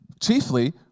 chiefly